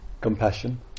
compassion